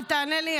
אל תענה לי.